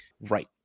right